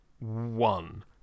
One